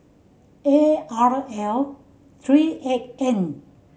A R L three eight N